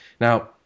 now